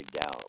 down